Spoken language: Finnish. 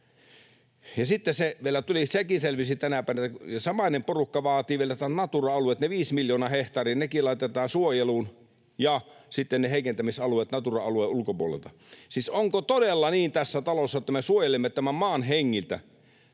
Ja sitten vielä sekin selvisi tänä päivänä, että samainen porukka vaatii vielä nämä Natura-alueetkin, ne viisi miljoonaa hehtaaria, laitettaviksi suojeluun, ja sitten ne heikentämisalueet Natura-alueen ulkopuolelta. Siis onko todella niin tässä talossa, että me suojelemme tämän maan hengiltä?